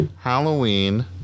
Halloween